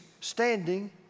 standing